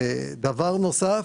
דבר נוסף,